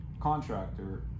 contractor